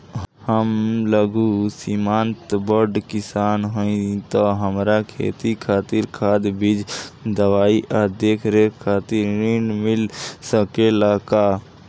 हम लघु सिमांत बड़ किसान हईं त हमरा खेती खातिर खाद बीज दवाई आ देखरेख खातिर ऋण मिल सकेला का?